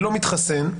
ולא מתחסן,